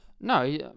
No